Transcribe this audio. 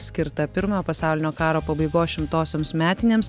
skirta pirmojo pasaulinio karo pabaigos šimtosioms metinėms